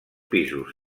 pisos